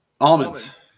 almonds